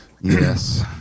yes